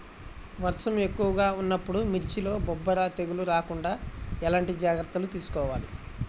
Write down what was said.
వర్షం ఎక్కువగా ఉన్నప్పుడు మిర్చిలో బొబ్బర తెగులు రాకుండా ఎలాంటి జాగ్రత్తలు తీసుకోవాలి?